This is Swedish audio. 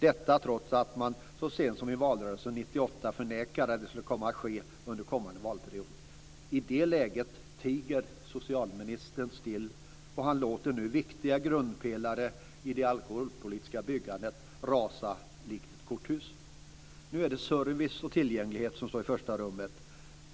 Det gör man trots att man så sent som i valrörelsen 1998 förnekade att detta skulle komma att ske under kommande valperiod. I det läget tiger socialministern still, och han låter nu viktiga grundpelare i det alkoholpolitiska byggandet rasa likt ett korthus. Nu är det service och tillgänglighet som står i första rummet.